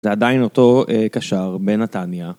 זה עדיין אותו קשר בנתניה